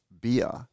beer